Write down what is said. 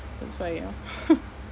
that's why ah